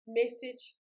message